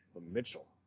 Mitchell